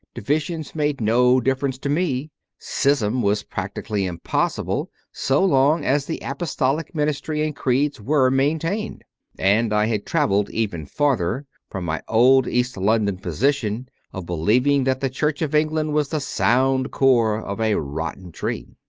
di visions made no difference to me schism was prac tically impossible so long as the apostolic ministry and creeds were maintained and i had travelled even farther from my old east london position of believing that the church of england was the sound core of a rotten tree.